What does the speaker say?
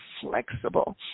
flexible